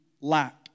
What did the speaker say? lack